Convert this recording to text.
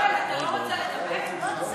אדוני